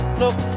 look